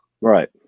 Right